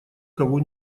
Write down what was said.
кого